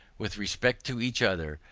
with respect to each other,